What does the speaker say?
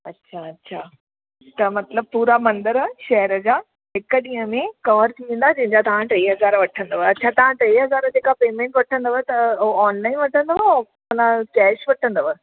अच्छा अच्छा त मतलबु पूरा मंदर शहर जा हिक ॾींहं में कवरु थी वेंदा जंहिं जा तव्हां टे हज़ार वठंदव अच्छा तव्हां टे हज़ार जेका पेमेंट वठंदव त ओ ऑनलाइन वठंदव कैश वठंदव